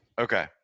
okay